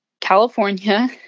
California